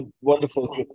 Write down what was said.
wonderful